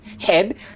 head